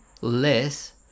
less